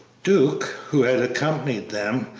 duke, who had accompanied them,